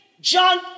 John